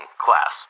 class